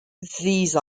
these